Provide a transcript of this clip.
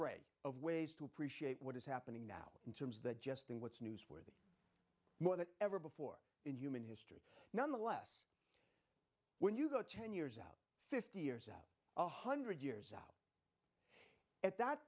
array of ways to appreciate what is happening now in terms that just in what's news will more than ever before in human history nonetheless when you go ten years out fifty years out one hundred years out at that